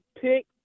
pick